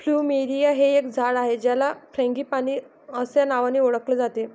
plumeria हे एक झाड आहे ज्याला फ्रँगीपानी अस्या नावानी ओळखले जाते